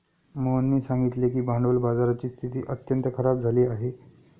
मोहननी सांगितले की भांडवल बाजाराची स्थिती अत्यंत खराब झाली आहे